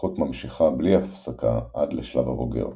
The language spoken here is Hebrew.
ההתפתחות ממשיכה בלי הפסקה עד לשלב הבוגר,